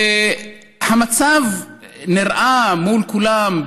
המצב נראה מול כולם,